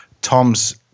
Tom's